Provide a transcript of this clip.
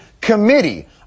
Committee